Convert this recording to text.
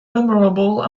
memorable